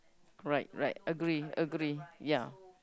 right right agree agree ya